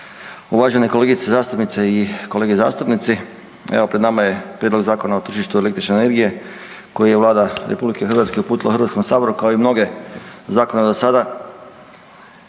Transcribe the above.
uvažene kolegice zastupnice i kolege zastupnici, evo pred nama je Prijedlog Zakona o tržištu električne energije koji je Vlada RH uputila Hrvatskom saboru kao i mnoge zakone do sada